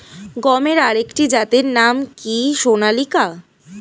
গমের আরেকটি জাতের নাম কি সোনালিকা?